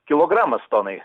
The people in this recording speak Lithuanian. kilogramas tonai